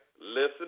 Listen